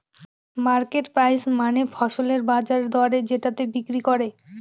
market price মানে ফসলের বাজার দরে যেটাতে বিক্রি করে